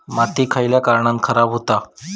माती खयल्या कारणान खराब हुता?